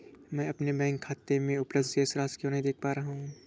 मैं अपने बैंक खाते में उपलब्ध शेष राशि क्यो नहीं देख पा रहा हूँ?